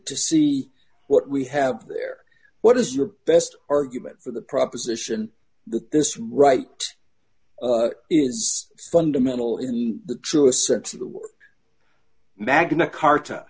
to see what we have there what is your best argument for the proposition that this right is fundamental in the truest sense of the word magna cart